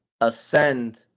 ascend